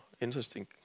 interesting